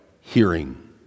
hearing